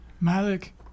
Malik